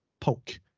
poke